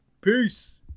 Peace